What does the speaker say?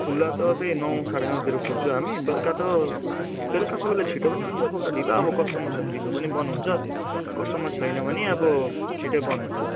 खुल्ला त त्यही नौ साढे नौतिर खोल्छु हामी बेलुका त बेलुका कोही बेला छिटो पनि हुन्छ कोही बेला ढिलो अब कस्टमर्स छ भने ढिलो पनि बन्द हुन्छ कस्टमर छैन भने अब छिटै बन्द हुन्छ